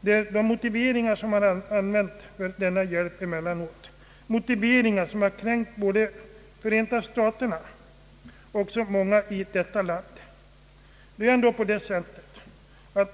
de motiveringar som emellanåt har använts för denna hjälp, motiveringar som har kränkt såväl Förenta staterna som många människor i vårt land.